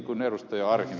arhinmäki juuri teki